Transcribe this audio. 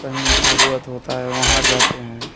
कहीं भागवत होता है वहाँ जाते हैं